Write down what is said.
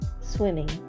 swimming